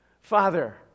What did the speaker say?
Father